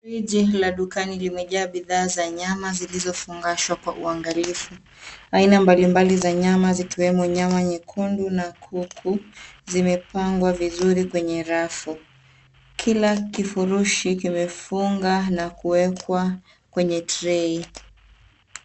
Friji la dukani limejaa bidhaa za nyama zilizofungashwa kwa uangalifu. Aina mbalimbali za nyama zikiwemo nyama nyekundu na kuku zimepangwa vizuri kwenye rafu. Kila kifurushi kimefunga na kuwekwa kwenye cs[tray]cs.